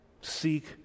Seek